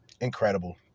Incredible